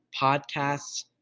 podcasts